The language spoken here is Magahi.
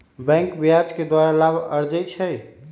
बैंके ब्याज के द्वारा लाभ अरजै छै